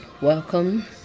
Welcome